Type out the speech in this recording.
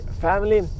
family